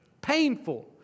Painful